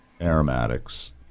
aromatics